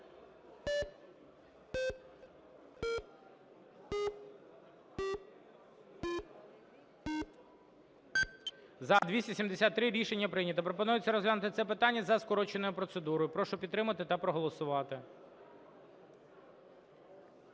За-273 Рішення прийнято. Пропонується розглянути це питання за скороченою процедурою. Прошу підтримати та проголосувати.